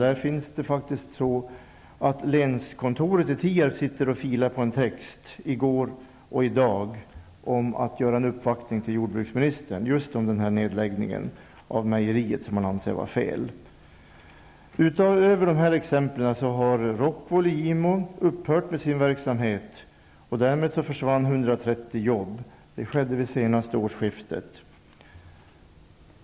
Vid länskontoret i Tierp har man i går och i dag suttit och filat på en text om att göra en uppvaktning till jordbruksministern om just denna nedläggning av mejeriet som man anser är felaktig. Utöver dessa exempel har Rockwooll i Gimo upphört med sin verksamhet, och därmed försvann 130 jobb. Det skedde vid senaste årsskiftet.